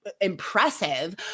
impressive